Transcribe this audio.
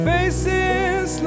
Faces